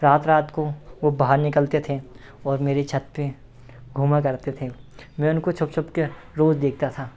रात रात को वह बाहर निकलते थे और मेरी छत पर घूमा करते थे मैं उनको छुप छुपकर रोज देखता था